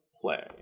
play